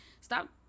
Stop